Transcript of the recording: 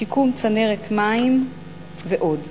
שיקום צנרת מים ועוד.